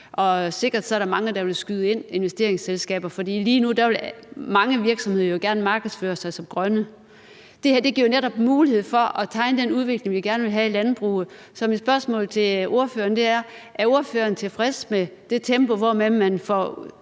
investeringsselskaber, der vil skyde penge ind, for lige nu vil mange virksomheder jo gerne markedsføre sig som grønne. Det her giver jo netop mulighed for at tegne den udvikling, vi gerne vil have i landbruget. Så mit spørgsmål til ordføreren er: Er ordføreren tilfreds med det tempo, hvormed man får